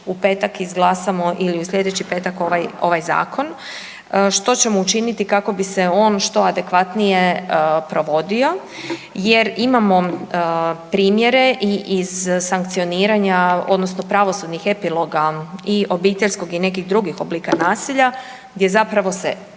u petak izglasamo ili u slijedeći petak ovaj zakon, što ćemo učiniti kako bi se on što adekvatnije provodio jer imamo primjere i iz sankcioniranja odnosno pravosudnih epiloga i obiteljskog i nekih drugih oblika nasilja gdje zapravo se